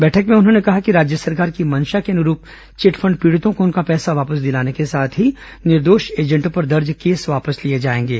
बैठक में उन्होंने कहा कि राज्य सरकार की मंशा के अनुरूप चिटफंड पीड़ितों को उनका पैसा वापस दिलाने के साथ ही निर्दोष एजेंटों पर दर्ज केस वापस लिए जाएंगे